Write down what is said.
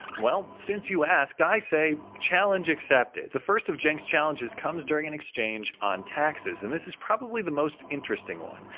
well, since you asked, i say challenge accepted! the first of cenk's challenges comes during an exchange on taxes, and this is probably the most interesting one.